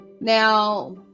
Now